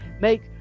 Make